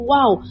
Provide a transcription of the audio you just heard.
Wow